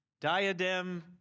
diadem